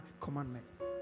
commandments